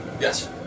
Yes